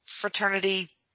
fraternity